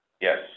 Yes